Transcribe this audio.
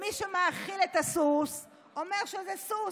ומי שמאכיל את הסוס אומר שזה סוס,